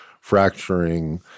Fracturing